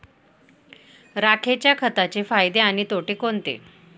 राखेच्या खताचे फायदे आणि तोटे कोणते?